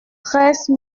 treize